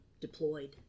deployed